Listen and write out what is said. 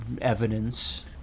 evidence